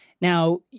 Now